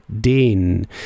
den